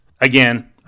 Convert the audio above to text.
Again